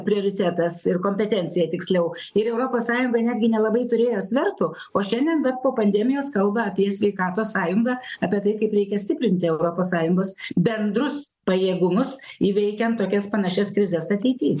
prioritetas ir kompetencija tiksliau ir europos sąjunga netgi nelabai turėjo svertų o šiandien vat po pandemijos kalba apie sveikatos sąjungą apie tai kaip reikia stiprinti europos sąjungos bendrus pajėgumus įveikiant tokias panašias krizes ateity